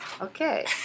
Okay